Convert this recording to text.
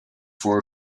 for